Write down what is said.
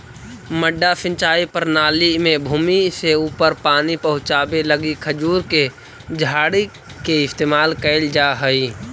मड्डा सिंचाई प्रणाली में भूमि से ऊपर पानी पहुँचावे लगी खजूर के झाड़ी के इस्तेमाल कैल जा हइ